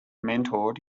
mentored